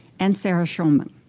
and sarah schulman,